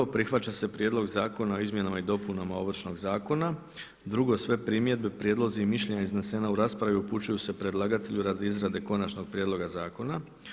1. Prihvaća se prijedlog zakona o izmjenama i dopunama Ovršnog zakona, 1. Sve primjedbe prijedlozi i mišljenja iznesena u raspravi upućuju se predlagatelju radi izrade konačnog prijedloga zakona.